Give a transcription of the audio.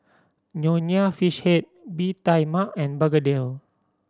Nonya Fish Head Bee Tai Mak and begedil